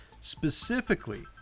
specifically